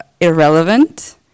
irrelevant